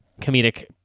comedic